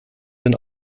been